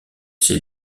ses